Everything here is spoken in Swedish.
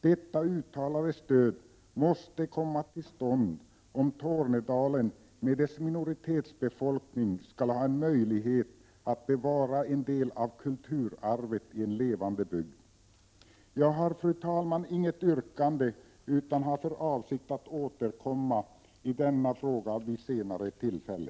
Detta uttalade stöd måste komma till stånd om Tornedalen, med dess minoritetsbefolkning, skall ha en möjlighet att bevara en del av kulturarvet i en levande bygd. Jag har, fru talman, inget yrkande utan har för avsikt att återkomma i denna fråga vid senare tillfälle.